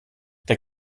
der